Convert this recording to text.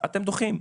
אתם דוחים.